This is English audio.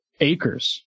acres